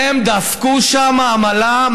הם דפקו שם עמלה.